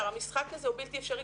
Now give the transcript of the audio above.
המשחק הזה הוא בלתי אפשרי.